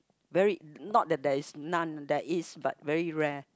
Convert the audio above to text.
very not that that is non that is but very rare